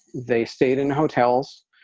they stayed in hotels.